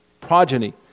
progeny